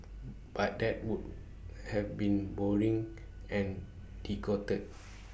but that would have been boring and bigoted